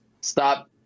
stop